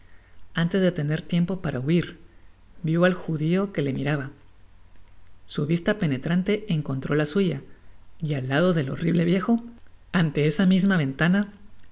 antes de tener tiempo para huir vio al judio que le miraba su vista penetrante encontró la suya y al lado del horrible viejo ante esta misma ventana